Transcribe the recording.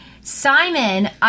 Simon